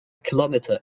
kilometre